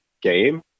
game